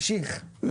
אני